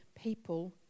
people